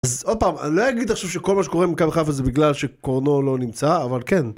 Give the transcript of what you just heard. אז עוד פעם, אני לא אגיד עכשיו שכל מה שקורה מכאן לחיפה זה בגלל שקורנו לא נמצא, אבל כן.